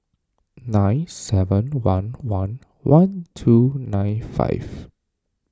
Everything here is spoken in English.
nine seven one one one two nine five